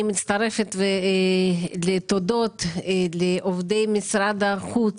אני מצטרפת לתודות לעובדי משרד החוץ